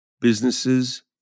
businesses